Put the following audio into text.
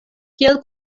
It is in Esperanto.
kiel